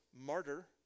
martyr